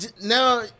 now